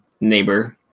neighbor